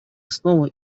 основа